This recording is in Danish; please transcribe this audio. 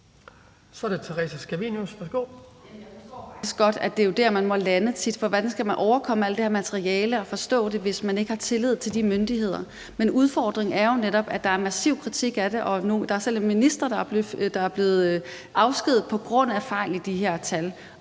Kl. 18:34 Theresa Scavenius (UFG): Jeg forstår faktisk godt, at det jo er der, man tit må lande, for hvordan skal man overkomme alt det her materiale og forstå det, hvis man ikke har tillid til de myndigheder? Udfordringen er jo netop, at der er en massiv kritik af det. Der er selv en minister, der er blevet afskediget på grund af fejl i de her tal